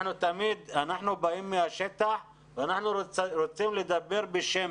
אנחנו באים מהשטח ואנחנו רוצים לדבר בשם